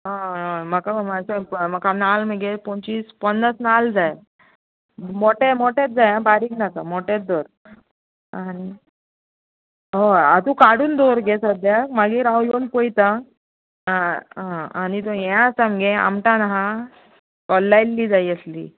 हय हय म्हाका मात्सो नाल मगे पंचीस पन्नास नाल जाय मोटे मोटेत जाय आं बारीक नाका मोटेंत दवर आनी हय हांव तुका काडून दवर गे सद्याक मागीक हांव येवन पळयतां आं आनी जो ये आसा मगे आमटान हा कोलायिल्ली जाय आसलीं